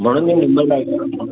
म्हणून मी मुंबईला येत नाही